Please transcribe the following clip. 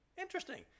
Interesting